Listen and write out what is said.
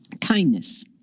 kindness